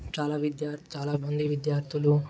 చాలా విద్య చాలా మంది విద్యార్థులు